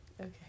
Okay